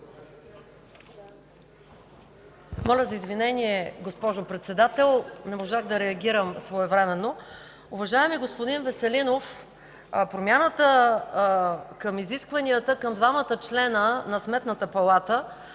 Моля за извинение, госпожо Председател. Не можах да реагирам своевременно. Уважаеми господин Веселинов, промяната към изискванията към двамата членове на Сметната палата